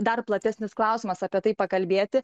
dar platesnis klausimas apie tai pakalbėti